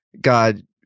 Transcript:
God